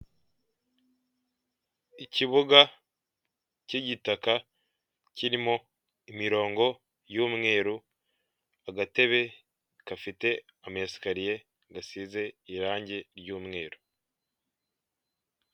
Ikibuga k'igitaka kirimo imirongo y'umweru, agatebe gafite ama esikariye gasize irangi ry'umweru.